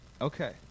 okay